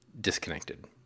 disconnected